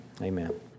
Amen